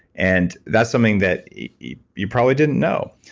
and that's something that you you probably didn't know.